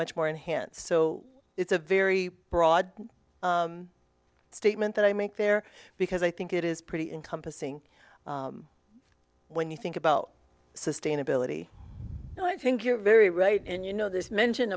much more enhanced so it's a very broad statement that i make there because i think it is pretty in compassing when you think about sustainability and i think you're very right and you know this mention